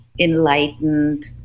enlightened